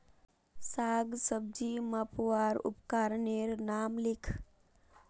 साग सब्जी मपवार उपकरनेर नाम लिख?